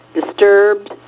disturbed